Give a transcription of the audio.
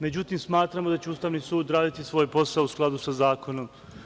Međutim, smatramo da će Ustavni sud raditi svoj posao u skladu sa zakonom.